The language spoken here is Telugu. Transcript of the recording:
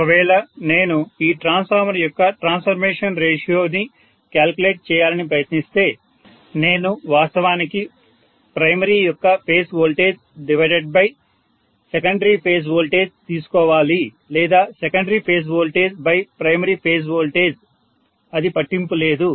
ఒకవేళ నేను ఈ ట్రాన్స్ఫార్మర్ యొక్క ట్రాన్స్ఫర్మేషన్ రేషియో ని కాలిక్యులేట్ చేయాలని ప్రయత్నిస్తే నేను వాస్తవానికి ప్రైమరీ యొక్క phase voltage divided by secondary phase voltage తీసుకోవాలి లేదా సెకండరీ ఫేజ్ వోల్టేజ్ బై మరీ ఫేజ్ వోల్టేజ్ అది పట్టింపు లేదు